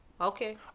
Okay